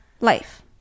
life